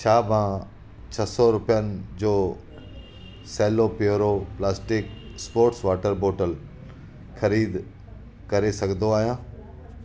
छा मां छह सौ रुपियनि जो Cello pure plastic sports water bottle ख़रीद करे सघंदो आहिंयां